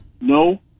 No